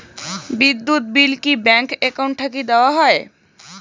বিদ্যুৎ বিল কি bank account থাকি দেওয়া য়ায়?